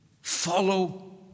Follow